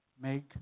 make